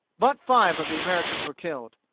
but five of the americans were killed.